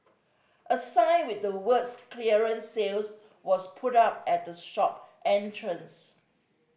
a sign with the words clearance sales was put up at the shop entrance